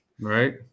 Right